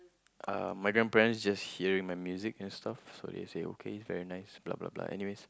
um my grandparents just hearing my music and stuff so they say okay very nice blah blah blah anyways